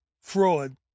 fraud